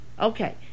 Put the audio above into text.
okay